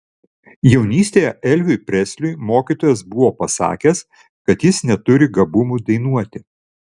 jaunystėje elviui presliui mokytojas buvo pasakęs kad jis neturi gabumų dainuoti